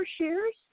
shares